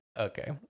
Okay